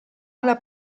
alla